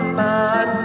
man